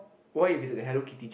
what if it is a hello-kitty chair